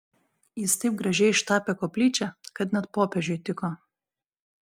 jis taip gražiai ištapė koplyčią kad net popiežiui tiko